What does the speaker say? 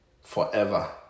forever